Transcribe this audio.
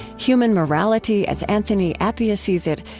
human morality, as anthony appiah sees it,